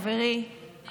חבריי,